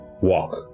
walk